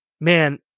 man